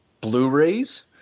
Blu-rays